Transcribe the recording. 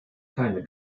keine